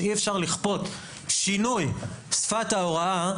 שאי אפשר לכפות שינוי שפת ההוראה,